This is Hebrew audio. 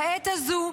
בעת הזו,